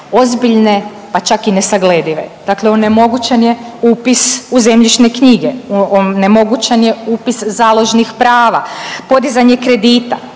ozbiljne, pa čak i nesagledive. Dakle, onemogućen je upis u zemljišne knjige, onemogućen je upis založnih prava, podizanje kredita,